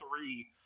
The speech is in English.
three